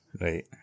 right